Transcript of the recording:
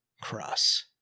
cross